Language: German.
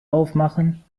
aufmachen